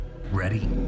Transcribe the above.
Ready